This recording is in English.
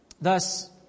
Thus